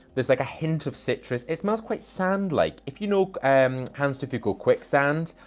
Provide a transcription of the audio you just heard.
there's like a hint of citrus. it smells quite sand-like. if you know, um hanz de fuko quicksand,